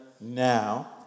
now